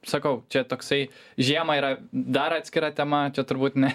sakau čia toksai žiemą yra dar atskira tema čia turbūt ne